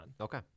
Okay